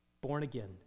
born-again